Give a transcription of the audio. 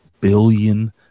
billion